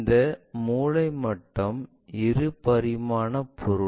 இந்த மூலை மட்டம் இரு பரிமாண பொருள்